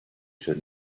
should